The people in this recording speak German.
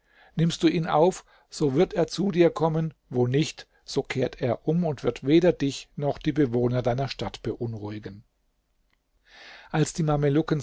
nimmst du ihn auf so wird er zu dir kommen wo nicht so kehrt er um und wird weder dich noch die bewohner deiner stadt beunruhigen als die